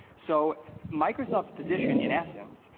so microsoft's position, in essence,